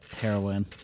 Heroin